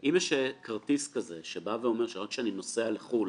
אם יש כרטיס כזה שבא ואומר, שעד שאני נוסע לחו"ל